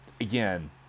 again